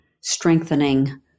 strengthening